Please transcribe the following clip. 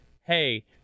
hey